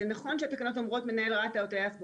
זה נכון שהתקנות אומרות מנהל רת"א או טייס בוחן.